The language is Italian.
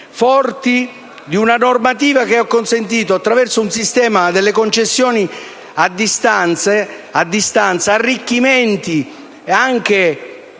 forti di una normativa che ha consentito, attraverso un sistema delle concessioni a distanza, arricchimenti anche